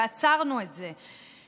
ועצרנו את זה,